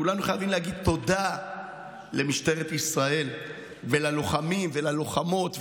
כולנו חייבים להגיד תודה למשטרת ישראל וללוחמים וללוחמות.